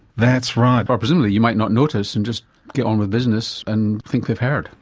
that's right. well, presumably you might not notice and just get on with business and think they've heard.